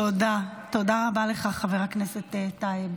תודה, תודה רבה לך, חבר הכנסת טייב.